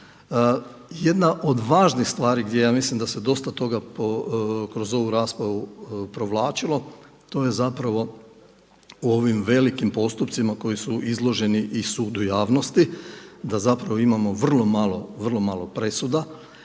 Jedna od važnih stvari gdje ja mislim da se dosta toga kroz ovu raspravu provlačilo, to je u ovim velikim postupcima koji su izloženi i sudu javnosti da imamo vrlo malo presuda